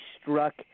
struck